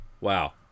Wow